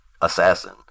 assassin